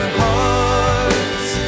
hearts